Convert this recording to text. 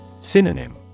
Synonym